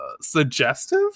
suggestive